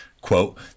quote